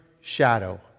shadow